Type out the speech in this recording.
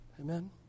Amen